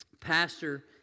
pastor